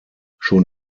schon